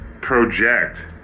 project